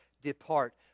depart